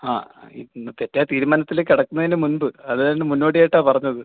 ആ ഇന്ന് തെറ്റായ തീരുമാനത്തിൽ കടക്കുന്നതിന് മുൻപ് അതിന് മുന്നോടിയായിട്ടാണ് പറഞ്ഞത്